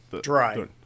dry